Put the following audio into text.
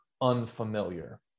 unfamiliar